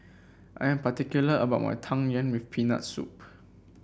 I'm particular about my Tang Yuen with Peanut Soup